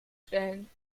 stellen